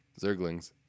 Zerglings